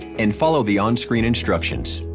and follow the on-screen instructions.